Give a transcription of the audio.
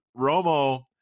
Romo